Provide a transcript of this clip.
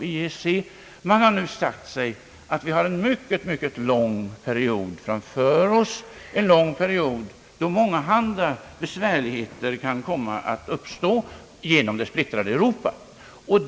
De har nu sagt sig att vi har en mycket lång period framför oss, en period då många andra besvärligheter kan komma att uppstå på grund av det splittrade Europa.